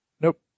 Nope